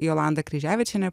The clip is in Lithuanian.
jolanta kryževičienė